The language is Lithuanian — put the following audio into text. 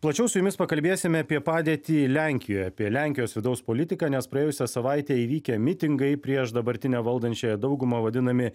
plačiau su jumis pakalbėsime apie padėtį lenkijoj apie lenkijos vidaus politiką nes praėjusią savaitę įvykę mitingai prieš dabartinę valdančiąją daugumą vadinami